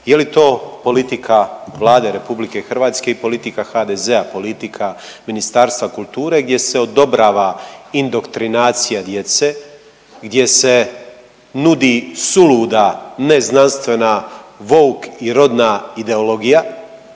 je li to politika Vlade RH i politika HDZ-a, politika Ministarstva kulture gdje se odobrava indoktrinacija djece, gdje se nudi suluda neznanstvena vouk i rodna ideologija